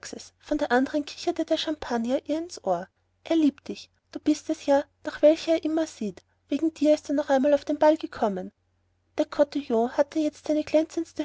von der andern kicherte der champagner ihr ins ohr er liebt dich du bist es ja nach welcher er immer sieht wegen dir ist er noch einmal auf den ball gekommen der kotillon hatte jetzt seine glänzendste